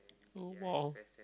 oh !wow!